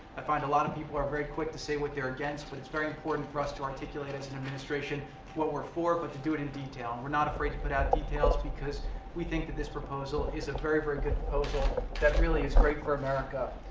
i find a lot of people are very quick to say what they're against. but it's very important for us to articulate as an administration what we're for, but to do it in detail. we're not afraid to put out details because we think that this proposal is a very, very good proposal that really is great for america.